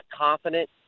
confident